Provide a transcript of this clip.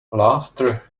laughter